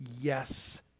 yes